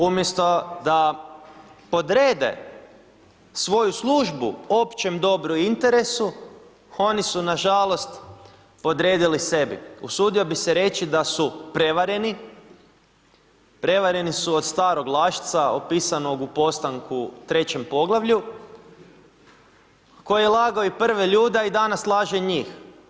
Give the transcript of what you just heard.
Umjesto da podrede svoju službu općem dobru i interesu, oni su nažalost podredili sebi, usudio bi se reći da su prevareni, prevareni su od starog lašca opisanog u Postanku 3. poglavlju, koji je lagao i prve ljude, a i danas laže njih.